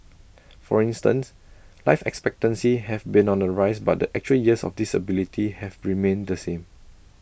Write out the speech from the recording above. for instance life expectancy have been on the rise but the actual years of disability have remained the same